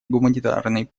гуманитарной